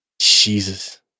Jesus